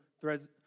threads